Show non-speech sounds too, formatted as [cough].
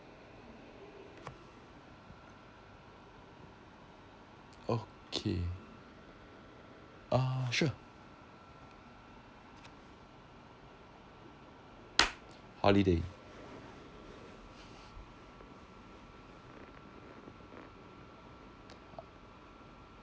okay uh sure [noise] holiday